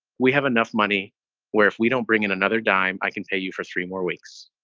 we have enough money where if we don't bring in another dime, i can pay you for three more weeks.